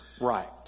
right